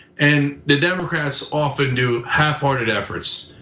and the democrats often do half-hearted efforts,